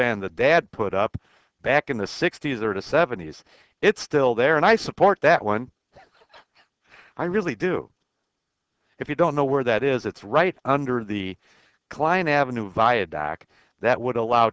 mervyn the dad put up back in the sixty's or to seventies it's still there and i support that one i really do if you don't know where that is it's right under the klein avenue via back that would allow